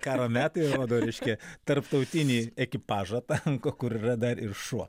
karo metai rodo reiškia tarptautinį ekipažą tanko kur yra dar ir šuo